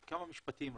כמה משפטים.